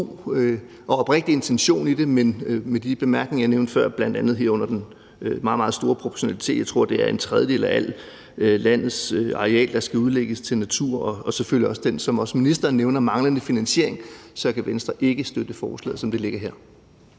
og oprigtig intention i forslaget, men med de bemærkninger, jeg kom med før, bl.a. om proportionaliteten – jeg tror, det er en tredjedel af landets areal, der skal udlægges til natur – og selvfølgelig, som ministeren også nævner, den manglende finansiering, så kan Venstre ikke støtte forslaget, som det ligger her.